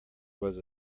was